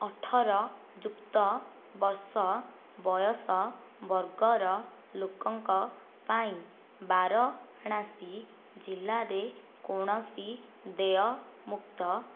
ଅଠର ଯୁକ୍ତ ବର୍ଷ ବୟସ ବର୍ଗର ଲୋକଙ୍କ ପାଇଁ ବାରଣାସୀ ଜିଲ୍ଲାରେ କୌଣସି ଦେୟମୁକ୍ତ